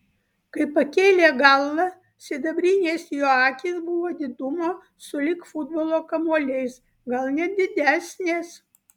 kai pakėlė galvą sidabrinės jo akys buvo didumo sulig futbolo kamuoliais gal net didesnės